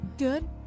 good